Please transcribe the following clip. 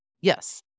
Yes